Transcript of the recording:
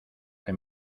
que